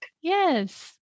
Yes